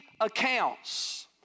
accounts